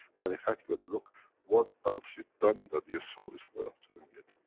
but, in fact but look what else you've done, that your soul is aware of doing it?